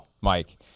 Mike